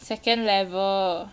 second level